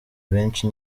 benshi